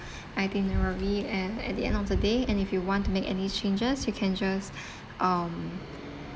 itinerary and at the end of the day and if you want to make any changes you can just um